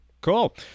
cool